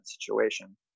situation